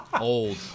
Old